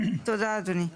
תודה אדוני.